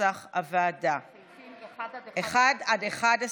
כנוסח הוועדה, 1 11,